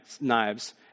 knives